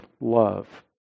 love